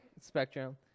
Spectrum